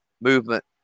movement